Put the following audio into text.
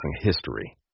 history